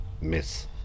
miss